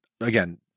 Again